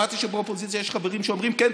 שמעתי שבאופוזיציה יש חברים שאומרים: כן,